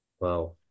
Wow